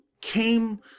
came